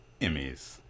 Emmys